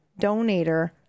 donator